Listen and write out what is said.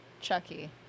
Chucky